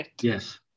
yes